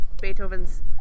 Beethoven's